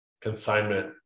consignment